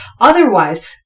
otherwise